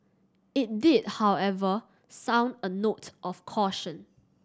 it did however sound a note of caution